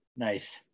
nice